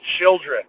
children